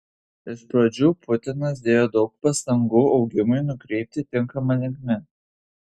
iš pradžių putinas dėjo daug pastangų augimui nukreipti tinkama linkme